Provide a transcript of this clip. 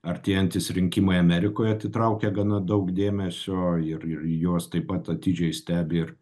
artėjantys rinkimai amerikoj atitraukia gana daug dėmesio ir juos taip pat atidžiai stebi ir